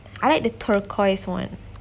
I like the turquoise one